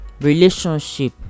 relationship